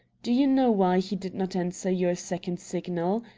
do you know why he did not answer your second signal?